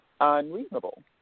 unreasonable